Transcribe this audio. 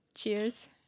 Cheers